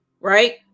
Right